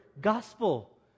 Gospel